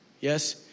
Yes